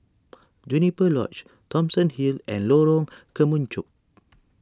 Juniper Lodge Thomson Hill and Lorong Kemunchup